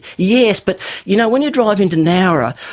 yes, but you know when you're driving to nowra,